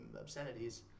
obscenities